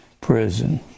prison